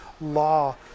law